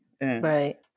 right